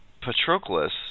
Patroclus